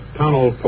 tunnel